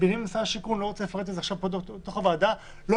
בעיני משרד השיכון אני לא רוצה לפרט עכשיו בתוך הוועדה לא